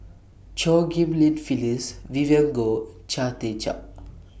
Chew Ghim Lian Phyllis Vivien Goh Chia Tee Chiak